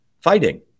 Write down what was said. fighting